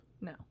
No